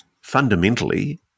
fundamentally